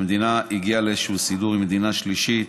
המדינה הגיעה לאיזשהו סידור עם מדינה שלישית